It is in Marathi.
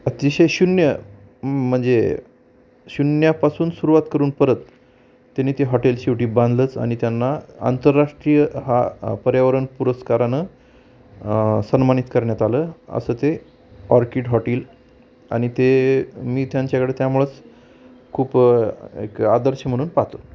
अतिशय शून्य म्हणजे शून्यापासून सुरुवात करून परत त्यानी ते हॉटेल शेवटी बांधलंच आणि त्यांना आंतरराष्ट्रीय हा पर्यावरण पुरस्कारानं सन्मानित करण्यात आलं असं ते ऑर्किड हॉटेल आणि ते मी त्यांच्याकडे त्यामुळच खूप एक आदर्श म्हणून पाहतो